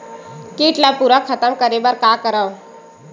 कीट ला पूरा खतम करे बर का करवं?